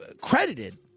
credited